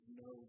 no